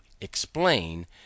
explain